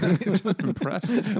impressed